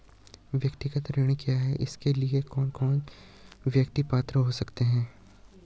व्यक्तिगत ऋण क्या है इसके लिए कौन कौन व्यक्ति पात्र हो सकते हैं?